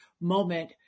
moment